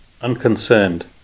unconcerned